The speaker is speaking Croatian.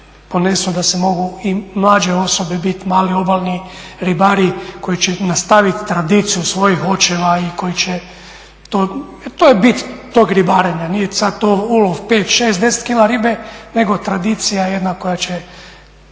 ponesao da se mogu i mlađe osobe biti mali obalni ribari koji će nastaviti tradiciju svojih očeva i koji će to, jer to je bit tog ribarenja. Nije sad to ulov 5, 6, 10kg ribe nego tradicija jedna koja će,